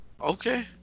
Okay